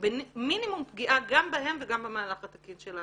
במינימום פגיעה גם בהם וגם במהלך התקין של העבודה.